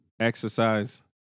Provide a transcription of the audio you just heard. exercise